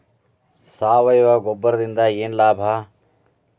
ಸಾವಯವ ಗೊಬ್ಬರದಿಂದ ಏನ್ ಲಾಭ?